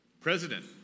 President